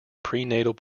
prenatal